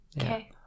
Okay